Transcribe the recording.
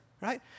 right